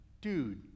dude